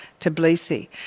Tbilisi